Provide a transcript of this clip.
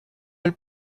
elle